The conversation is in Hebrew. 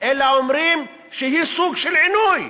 אלא אומרים שהיא סוג של עינוי,